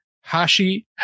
Hashi